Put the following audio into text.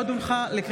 הונחו על שולחן הכנסת,